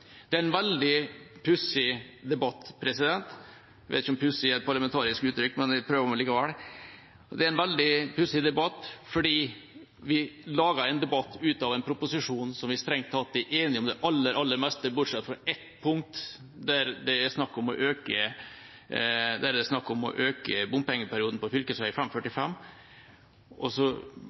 Det er en veldig pussig debatt. – Jeg vet ikke om pussig er et parlamentarisk uttrykk, men jeg prøver meg likevel. – Det er en veldig pussig debatt fordi vi lager en debatt ut av en proposisjon hvor vi strengt tatt er enige om det aller meste, bortsett fra ett punkt der det er snakk om å øke bompengeperioden på